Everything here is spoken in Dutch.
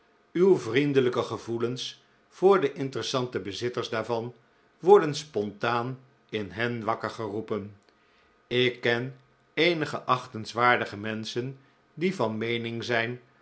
hun vriendelijke gevoelens voor de interessante bezitters daarvan worden spontaan in hen wakker geroepen ik ken eenige achtenswaardige menschen die van meening zijn